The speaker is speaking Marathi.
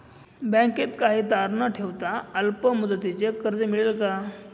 बँकेत काही तारण न ठेवता अल्प मुदतीचे कर्ज मिळेल का?